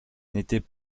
n’était